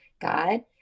god